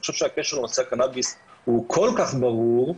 אני חושב שהקשר לנושא הקנביס הוא כל כך ברור.